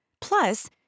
Plus